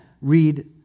Read